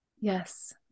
Yes